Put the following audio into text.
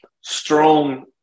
strong